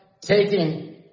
taking